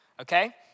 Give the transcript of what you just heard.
okay